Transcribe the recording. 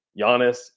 Giannis